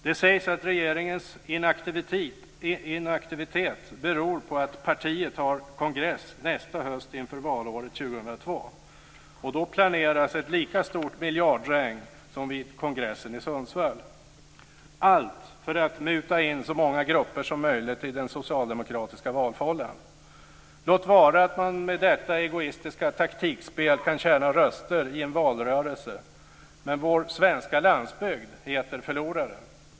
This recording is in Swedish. Det sägs att regeringens inaktivitet beror på att partiet har kongress nästa höst inför valåret 2002, och då planeras ett lika stort miljardregn som vid kongressen i Sundsvall, allt för att muta in så många grupper som möjligt i den socialdemokratiska valfållan. Låt vara att man med detta egoistiska taktikspel kan tjäna röster i en valrörelse, men vår svenska landsbygd är förloraren.